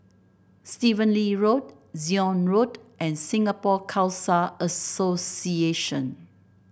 Stephen Lee Road Zion Road and Singapore Khalsa Association